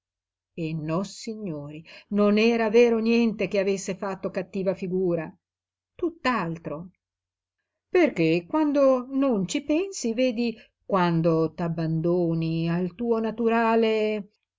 lui e nossignori non era vero niente che avesse fatto cattiva figura tutt'altro perché quando non ci pensi vedi quando t'abbandoni al tuo naturale